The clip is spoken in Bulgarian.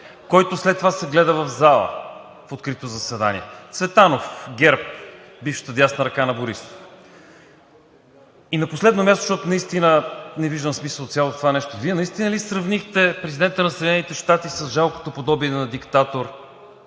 който след това се гледа в залата в открито заседание. Цветанов – ГЕРБ, бившата дясна ръка на Борисов. На последно място, защото наистина не виждам смисъл от цялото това нещо, Вие наистина ли сравнихте президента на Съединените щати с жалкото подобие на диктатор?!